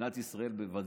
מדינת ישראל בוודאי,